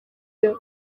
iyo